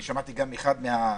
אני שמעתי גם אחד מהשרים,